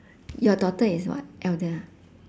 your daughter is what elder ah